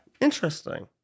Interesting